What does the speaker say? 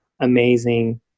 amazing